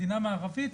מדינה מערבית,